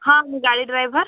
ହଁ ମୁଁ ଗାଡି଼ ଡ୍ରାଇଭର